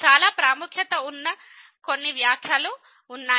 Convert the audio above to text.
చాలా ప్రాముఖ్యత ఉన్న కొన్ని వ్యాఖ్యలు ఉన్నాయి